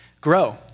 grow